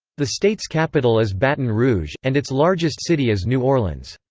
the state's capital is baton rouge, and its largest city is new orleans.